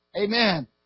Amen